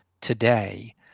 today